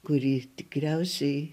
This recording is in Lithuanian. kuri tikriausiai